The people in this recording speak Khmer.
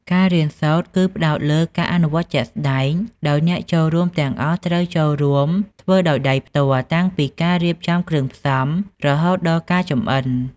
ការរៀនសូត្រគឺផ្តោតលើ ការអនុវត្តជាក់ស្តែង ដោយអ្នកចូលរួមទាំងអស់ត្រូវចូលរួមធ្វើដោយផ្ទាល់ដៃតាំងពីការរៀបចំគ្រឿងផ្សំ រហូតដល់ការចម្អិន។